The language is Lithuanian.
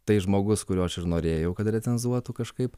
tai žmogus kurio aš ir norėjau kad recenzuotų kažkaip